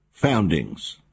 foundings